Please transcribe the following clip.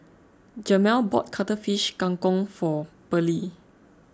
Jamel bought Cuttlefish Kang Kong for Pearlie